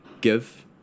give